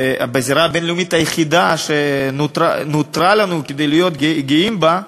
ובזירה הבין-לאומית היחידה שנותרה לנו כדי להיות גאים בה,